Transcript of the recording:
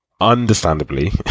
Understandably